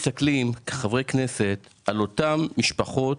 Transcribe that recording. כחברי כנסת, מסתכלים גם על אותן משפחות